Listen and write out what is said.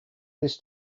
this